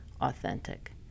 authentic